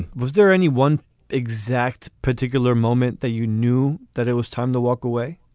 was there any one exact particular moment that you knew that it was time to walk away.